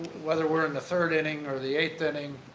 whether we're in the third inning or the eighth inning,